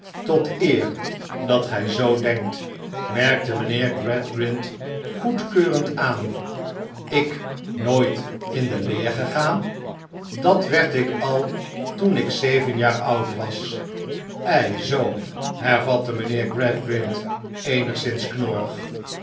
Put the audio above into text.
tot eer dat gij zoo denkt merkte mijnheer g radgrind goedkeurend aan ik nooit in de leer gedaan dat werdikal toen ik zeven jaar oud was ei zoo hervatte mijnheer gradgrind eenigszins